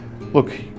look